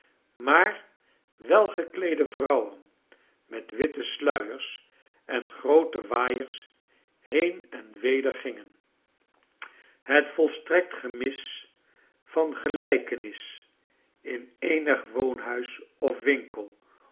maar welgekleede vrouwen met witte sluiers en groote waaiers heen en weder gingen het volstrekt gemis van gelijkenis in eenig woonhuis of winkel